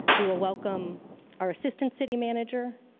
we will welcome our assistant city manager